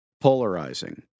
polarizing